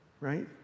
right